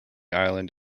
island